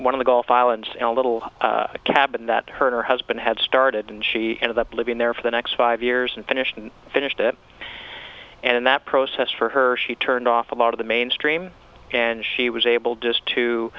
one of the gulf islands in a little cabin that her husband had started and she ended up living there for the next five years and finished and finished it and in that process for her she turned off a lot of the mainstream and she was able just to